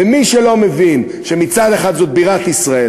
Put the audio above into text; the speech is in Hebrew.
ומי שלא מבין שמצד אחד זאת בירת ישראל